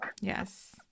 Yes